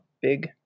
big